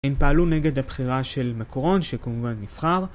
הם פעלו נגד הבחירה של מקורון שכמובן נבחר